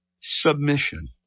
submission